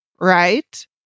right